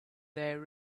there